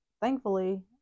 thankfully